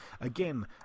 again